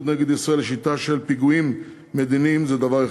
נגד ישראל לשיטה של פיגועים מדיניים זה דבר אחד,